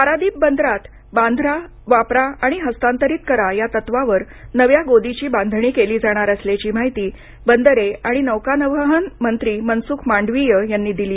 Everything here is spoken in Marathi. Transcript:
पारादीप बंदरात बांधा वापरा आणि हस्तांतरित करा या तत्वावर नव्या गोदीची बांधणी केली जाणार असल्याची माहिती बंदरे आणि नौकावहन मंत्री मनसुख मांडविय यांनी दिली